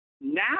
Now